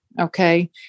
Okay